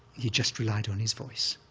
he just relied on his voice,